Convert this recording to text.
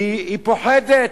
והיא פוחדת.